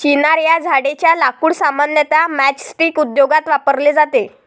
चिनार या झाडेच्या लाकूड सामान्यतः मैचस्टीक उद्योगात वापरले जाते